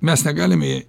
mes negalime